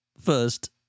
first